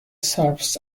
serves